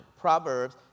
Proverbs